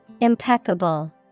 Impeccable